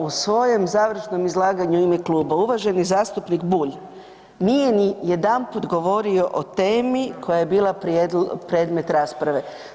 U svojem završnom izlaganju u ime kluba uvaženi zastupnik Bulj nije nijedanput govorio o temi koja je bila predmet rasprave.